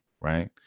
right